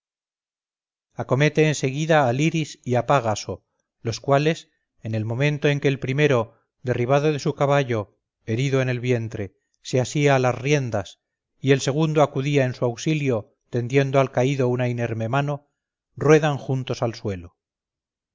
acomete en seguida a liris y a págaso los cuales en el momento en que el primero derribado de su caballo herido en el vientre se ansía a las riendas y el segundo acudía en su auxilio tendiendo al caído una inerme mano ruedan juntos al suelo